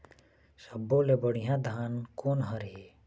सब्बो ले बढ़िया धान कोन हर हे?